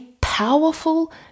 powerful